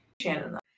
Shannon